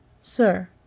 Sir